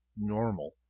normal